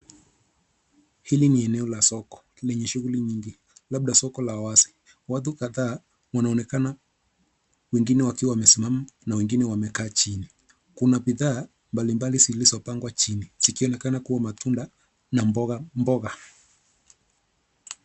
Hili ni eneo la soko lenye shughuli nyingi labda soko la wazi. Watu kadhaa wanaonekana wengine wakiwa wamesimama na wengine wamekaa chini. Kuna bidhaa mbalimbali zilizopangwa chini zikionekana kuwa matunda na mboga mboga.